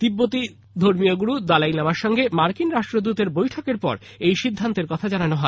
তিব্বতী ধর্মীয় গুরু দালাই লামার সঙ্গে মার্কিন রাষ্ট্রদূতের বৈঠকের পর এই সিদ্ধান্ত্র কথা জানানো হয়